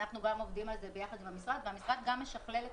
אנחנו גם עובדים על זה ביחד עם המשרד והמשרד משכלל את